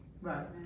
Right